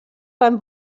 beim